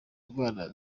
ndwara